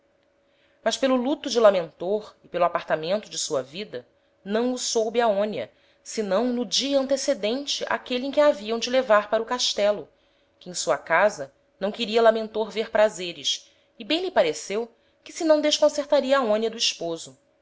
mas pelo luto de lamentor e pelo apartamento de sua vida não o soube aonia senão no dia antecedente áquele em que a haviam de levar para o castelo que em sua casa não queria lamentor ver prazeres e bem lhe pareceu que se não desconcertaria aonia do esposo